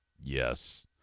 Yes